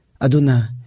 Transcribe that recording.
aduna